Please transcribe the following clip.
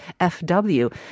FW